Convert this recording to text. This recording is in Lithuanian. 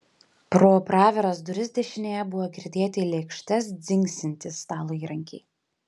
pro praviras duris dešinėje buvo girdėti į lėkštes dzingsintys stalo įrankiai